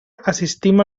assistim